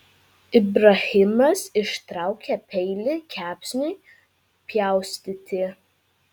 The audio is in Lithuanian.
ibrahimas ištraukė peilį kepsniui pjaustyti